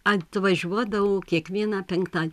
atvažiuodavau kiekvieną penkta